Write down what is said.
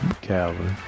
Calvin